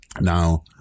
Now